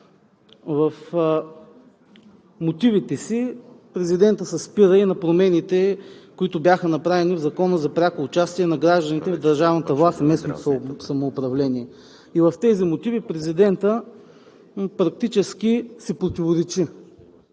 В мотивите си президентът се спира и на промените, които бяха направени в Закона за пряко участие на гражданите в държавната власт и местното самоуправление, като в тези мотиви президентът практически си противоречи.